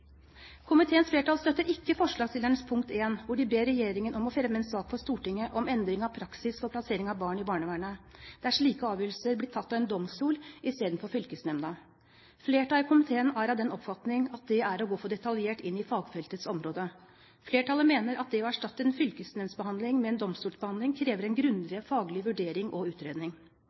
Komiteens flertall støtter ikke forslagsstillernes forslag nr. 1, hvor de ber «regjeringen fremme sak til Stortinget om endring av praksis for plassering av barn i barnevernet, der slike avgjørelser blir tatt av en domstol istedenfor fylkesnemnda». Flertallet i komiteen er av den oppfatning at det er å gå for detaljert inn i fagfeltets område. Flertallet mener at det å erstatte en fylkesnemndsbehandling med en domstolsbehandling krever en grundigere faglig vurdering og utredning.